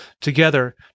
together